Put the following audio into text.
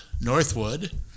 Northwood